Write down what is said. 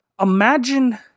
Imagine